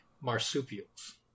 marsupials